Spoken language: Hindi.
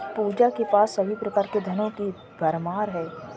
पूजा के पास सभी प्रकार के धनों की भरमार है